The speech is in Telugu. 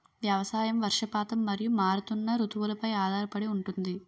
వ్యవసాయం వర్షపాతం మరియు మారుతున్న రుతువులపై ఆధారపడి ఉంటుంది